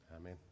amen